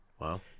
Wow